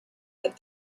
that